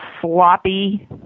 sloppy